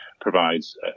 provides